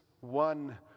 one